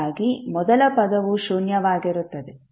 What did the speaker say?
ಹೀಗಾಗಿ ಮೊದಲ ಪದವು ಶೂನ್ಯವಾಗಿರುತ್ತದೆ